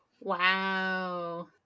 wow